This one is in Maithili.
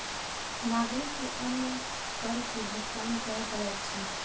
नागरिक के अन्य कर के भुगतान कर पड़ैत अछि